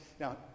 Now